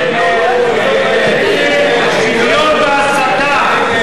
השוויון בהסתה.